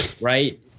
right